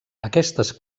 aquestes